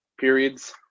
periods